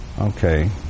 Okay